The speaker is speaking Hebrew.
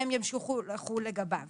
והם ימשיכו לחול לגביו